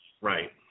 Right